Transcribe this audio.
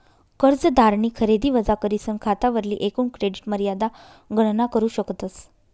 कर्जदारनी खरेदी वजा करीसन खातावरली एकूण क्रेडिट मर्यादा गणना करू शकतस